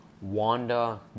Wanda